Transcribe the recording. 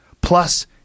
plus